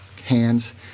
hands